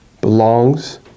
belongs